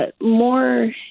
more